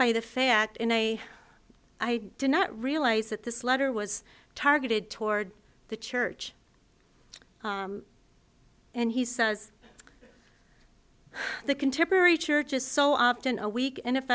by the fact in a i did not realize that this letter was targeted toward the church and he says the contemporary church is so often a weak and i